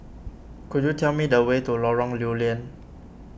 could you tell me the way to Lorong Lew Lian